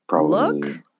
look